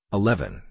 eleven